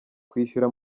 kwishyura